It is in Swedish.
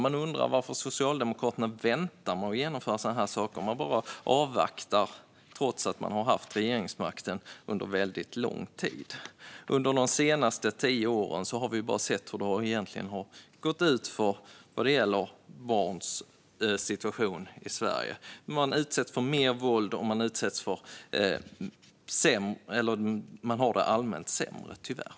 Jag undrar varför Socialdemokraterna väntar med att genomföra sådana här saker. Man bara avvaktar, trots att man har haft regeringsmakten under väldigt lång tid. Under de senaste tio åren har vi bara sett hur det egentligen har gått utför vad gäller barns situation i Sverige. De utsätts för mer våld och har det allmänt sämre, tyvärr.